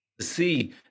see